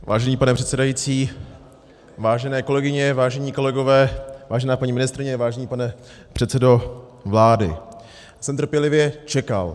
Vážený pane předsedající, vážené kolegyně, vážení kolegové, vážená paní ministryně, vážený pane předsedo vlády, já jsem trpělivě čekal.